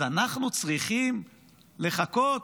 אז אנחנו צריכים לחכות